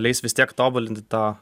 leis vis tiek tobulinti tą